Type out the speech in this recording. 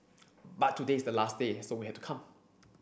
but today is the last day so we had to come